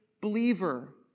believer